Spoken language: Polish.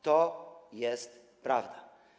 To jest prawda.